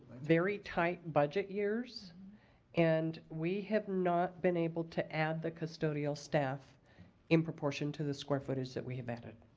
very tight budget years and we have not been able to add the custodial staff in proportion to the square footage that we have added.